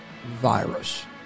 Virus